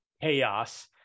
chaos